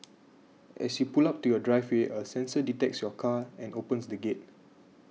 as you pull up to your driveway a sensor detects your car and opens the gates